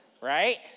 Right